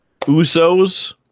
Usos